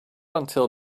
until